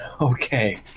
okay